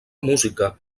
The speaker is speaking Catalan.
música